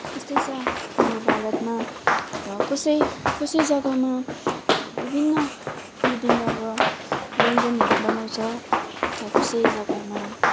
यस्तै छ हाम्रो भारतमा र कसै कसै जग्गामा अब विभिन्न विभिन्नका व्यञ्जनहरू बनाउँछ त कसै जग्गामा